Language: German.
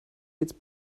jetzt